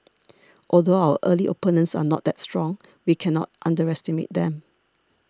although our early opponents are not that strong we cannot underestimate them